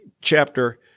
chapter